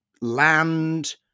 land